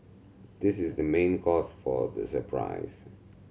this is the main cause for the surprise